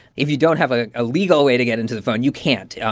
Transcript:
if you don't have ah a legal way to get into the phone, you can't. yeah